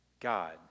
God